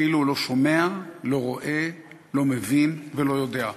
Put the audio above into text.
כאילו הוא לא שומע, לא רואה, לא מבין ולא יודע.